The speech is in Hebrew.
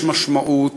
יש משמעות,